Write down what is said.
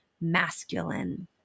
masculine